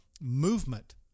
movement